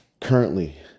Currently